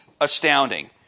astounding